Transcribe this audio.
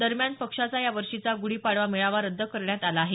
दरम्यान पक्षाचा यावर्षीचा गुढीपाडवा मेळावा रद्द करण्यात आला आहे